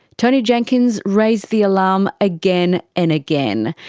tony jenkins raised the alarm again and again,